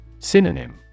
Synonym